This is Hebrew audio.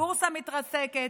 הבורסה מתרסקת,